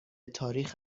تاریخ